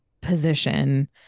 position